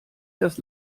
das